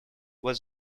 was